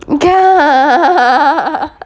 ya